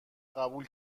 قبول